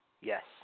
Yes